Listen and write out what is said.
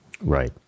right